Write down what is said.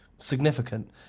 Significant